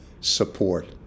support